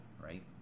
Right